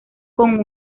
con